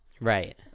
Right